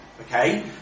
okay